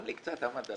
גם לי קצת עמד על הלשון.